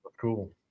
Cool